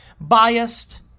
Biased